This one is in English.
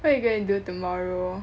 what you gonna do tomorrow